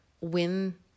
win